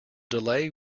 delay